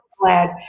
glad